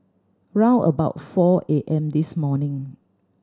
round about four A M this morning